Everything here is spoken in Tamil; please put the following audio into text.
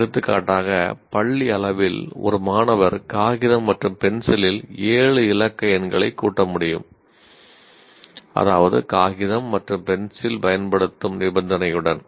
எடுத்துக்காட்டாக பள்ளி அளவில் ஒரு மாணவர் காகிதம் மற்றும் பென்சிலில் 7 இலக்க எண்களைக் கூட்ட முடியும் அதாவது காகிதம் மற்றும் பென்சில் பயன்படுத்தும் நிபந்தனையுடன்